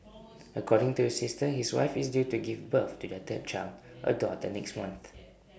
according to his sister his wife is due to give birth to their third child A daughter next month